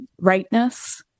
rightness